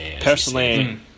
Personally